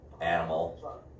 Animal